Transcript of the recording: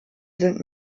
sind